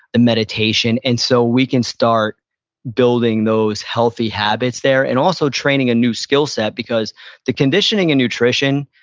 the meditation. and so, we can start building those healthy habits there and also training a new skillset because the conditioning and nutrition,